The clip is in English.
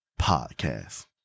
podcast